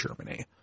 Germany